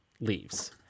leaves